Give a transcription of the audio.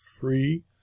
free